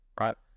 right